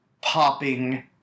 popping